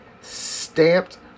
stamped